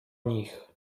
nich